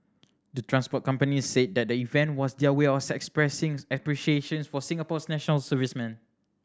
the transport companies said that the event was their way are expressing appreciation for Singapore's national servicemen